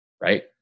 Right